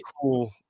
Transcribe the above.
cool